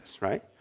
right